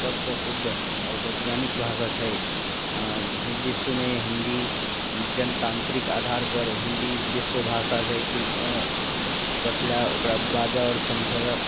सभसँ शुद्ध आओर वैज्ञानिक भाषा छै विश्वमे हिन्दी जनतान्त्रिक आधारपर हिन्दी विश्व भाषा छै क्यूँ क्यूँ कथि लेल ओकरा बाजय आओर समझय